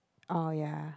oh ya